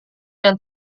yang